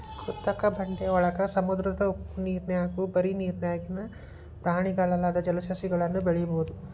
ಕೃತಕ ಬಂಡೆಯೊಳಗ, ಸಮುದ್ರದ ಉಪ್ಪನೇರ್ನ್ಯಾಗು ಬರಿ ನೇರಿನ್ಯಾಗಿನ ಪ್ರಾಣಿಗಲ್ಲದ ಜಲಸಸಿಗಳನ್ನು ಬೆಳಿಬೊದು